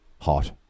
Hot